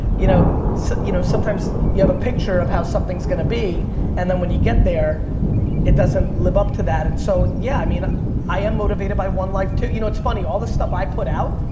you know so you know sometimes you have a picture of how something's gonna be and then when you get there it doesn't live up to that and so yeah, i mean i am motivated by one life, too. you know it's funny, all the stuff i put out,